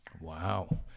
Wow